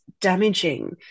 damaging